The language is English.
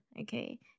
okay